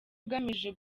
ugamije